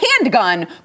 handgun